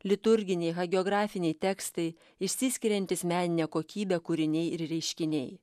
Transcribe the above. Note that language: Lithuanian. liturginiai hagiografiniai tekstai išsiskiriantys menine kokybe kūriniai ir reiškiniai